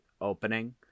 opening